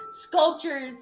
sculptures